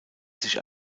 sich